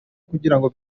kungira